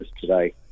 today